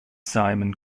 simon